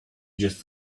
just